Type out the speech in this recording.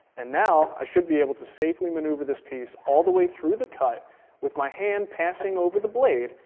and now i should be able to safely maneuver this piece all the way through the cut with my hand passing over the blade.